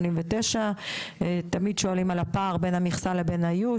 139. תמיד שואלים על הפער בין המכסה לבין האיוש,